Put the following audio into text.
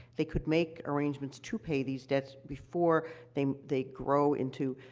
they could make arrangements to pay these debts before they they grow into,